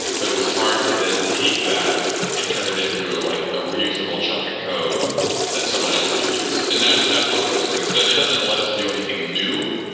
but it was hard to then take that and turn it into like a reusable chunk of code that someone else could use. and that's that's what hooks brings. it it doesn't let us do anything new,